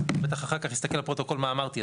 אז בטח אחר כך יסתכל על הפרוטוקול מה אמרתי,